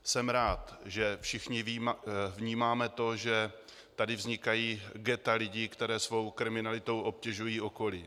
Jsem rád, že všichni vnímáme to, že tady vznikají ghetta lidí, kteří svou kriminalitou obtěžují své okolí.